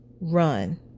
run